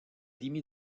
démis